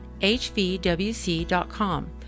hvwc.com